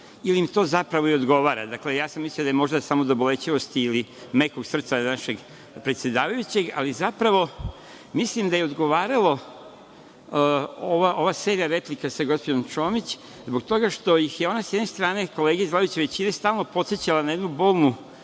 ili im to zapravo odgovara? Ja sam mislio da je možda samo do bolećivosti ili mekog srca našeg predsedavajućeg, ali zapravo, mislim da je ova serija replika sa gospođom Čomić zbog toga što ih je ona sa jedne strane, kolege iz vladajuće većine stalno podsećala na jednu bolnu